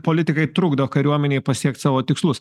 politikai trukdo kariuomenei pasiekt savo tikslus